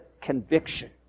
conviction